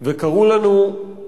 וקראו לנו,